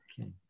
Okay